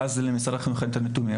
שאז למשרד החינוך אין את הנתונים.